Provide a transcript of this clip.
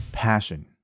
passion